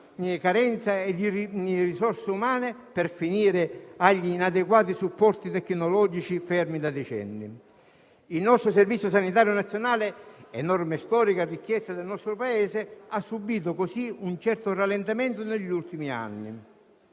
carenza di risorse umane, per finire con gli inadeguati supporti tecnologici, fermi da decenni. Il nostro Servizio sanitario nazionale, enorme e storica ricchezza del nostro Paese, ha subito così un certo rallentamento negli ultimi anni.